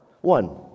One